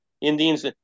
Indians